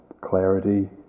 clarity